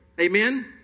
Amen